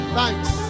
Thanks